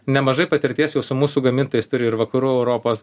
nemažai patirties jau su mūsų gamintojais turi ir vakarų europos